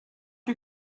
you